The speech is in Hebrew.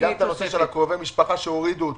וגם את נושא קרובי המשפחה שהורידו אותו,